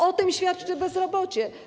O tym świadczy bezrobocie.